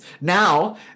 Now